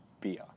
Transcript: beer